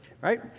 right